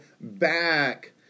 back